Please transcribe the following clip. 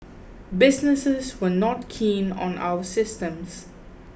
businesses were not keen on our systems